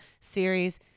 Series